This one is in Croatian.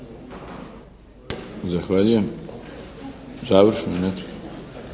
Zahvaljujem. Završnu?